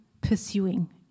pursuing